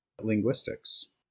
linguistics